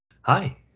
Hi